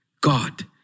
God